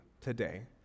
today